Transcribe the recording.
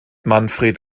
manfred